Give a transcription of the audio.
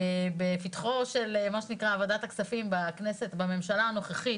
ובפתחה של ועדת הכספים בממשלה הנוכחית